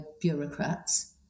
bureaucrats